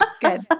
Good